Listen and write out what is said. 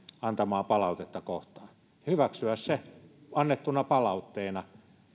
antamaa palautetta kohtaan ja hyväksyä se annettuna palautteena